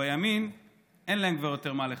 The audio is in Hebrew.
שבימין אין להם כבר יותר מה לחפש,